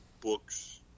books